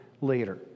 later